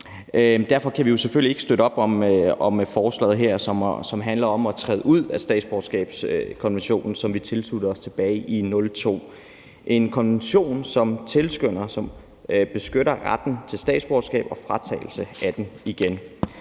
derfor kan Moderaterne selvfølgelig ikke støtte op om forslaget her, som handler om at træde ud af statsborgerretskonventionen, som vi tilsluttede os tilbage i 2002. Det er en konvention, som beskytter retten til statsborgerskab og fratagelse af det.